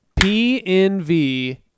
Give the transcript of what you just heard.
PNV